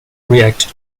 react